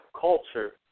culture